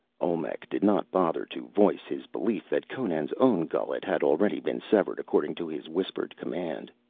olmec did not bother to voice his belief that conan's own gullet had already been severed according to his whispered command.